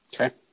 Okay